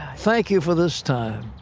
thank you for this time.